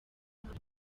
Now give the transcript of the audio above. witwa